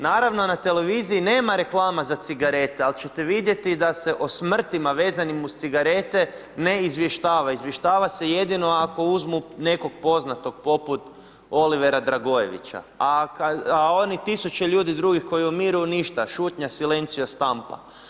Naravno na televiziji nema reklama za cigarete li ćete vidjeti da se o smrtima vezanim uz cigarete ne izvještava, izvještava se jedino ako uzmu nekog poznatog poput Oliver Dragojevića a onih 1000 ljudi drugih koji umiru, ništa, šutnja, silencio stampa.